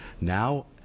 now